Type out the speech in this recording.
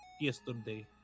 yesterday